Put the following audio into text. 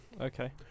Okay